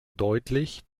deutlich